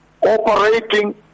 operating